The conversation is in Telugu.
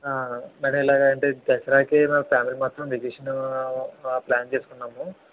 సరే ఇలాగంటే దసరాకి మా ఫ్యామిలీ మొత్తము వెకేషను ప్లాను చేసుకున్నాము